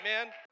Amen